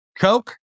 Coke